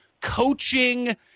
coaching